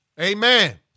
Amen